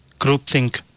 groupthink